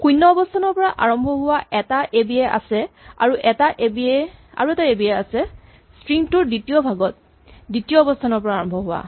শূণ্য অৱস্হানৰ পৰা আৰম্ভ হোৱা এটা এবিএ আছে আৰু এটা এবিএ আছে স্ট্ৰিং টোৰ দ্বিতীয় ভাগত দ্বিতীয় অৱস্হানৰ পৰা আৰম্ভ হোৱা